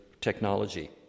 technology